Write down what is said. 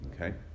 Okay